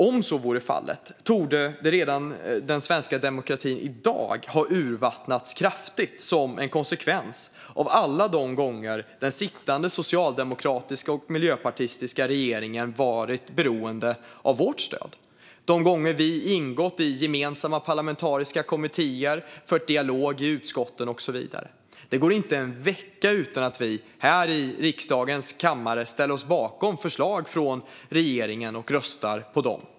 Om så vore fallet torde den svenska demokratin redan i dag ha urvattnats kraftigt som en konsekvens av alla gånger den sittande socialdemokratiska och miljöpartistiska regeringen varit beroende av vårt stöd och de gånger vi ingått i gemensamma parlamentariska kommittéer, fört dialog i utskotten och så vidare. Det går inte en vecka utan att vi här i riksdagens kammare ställer oss bakom förslag från regeringen och röstar för dem.